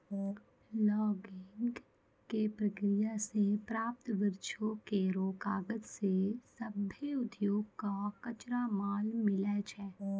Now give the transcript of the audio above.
logging क प्रक्रिया सें प्राप्त वृक्षो केरो कागज सें सभ्भे उद्योग कॅ कच्चा माल मिलै छै